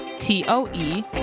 T-O-E